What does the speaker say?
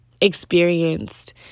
experienced